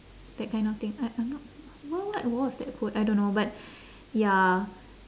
that kind of thing I I'm not w~ what was that quote I don't know but ya